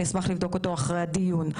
אני אשמח לבדוק אותו אחרי הדיון.